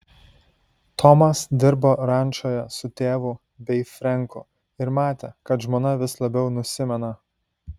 tomas dirbo rančoje su tėvu bei frenku ir matė kad žmona vis labiau nusimena